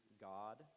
god